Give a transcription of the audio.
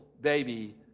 baby